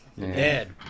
Dead